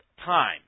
time